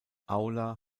aula